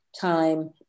time